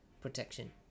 protection